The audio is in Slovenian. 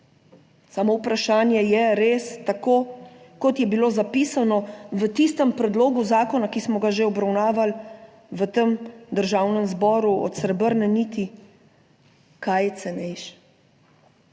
samo vprašanje je res, tako kot je bilo zapisano v tistem predlogu zakona, ki smo ga že obravnavali v tem Državnem zboru, od srebrne niti, kaj je cenejše.